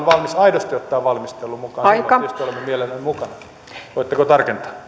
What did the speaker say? valmis aidosti ottamaan valmisteluun mukaan niin silloin tietysti olemme mielellämme mukana voitteko tarkentaa